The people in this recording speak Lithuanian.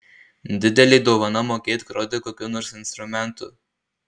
didelė dovana mokėt groti kokiu nors instrumentu